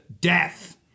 death